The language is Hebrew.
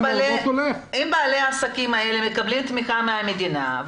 אם בעלי העסקים האלה מקבלים תמיכה מהמדינה,